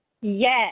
Yes